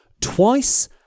twice